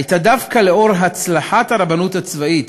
הייתה דווקא הצלחת הרבנות הצבאית